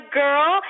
girl